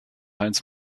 heinz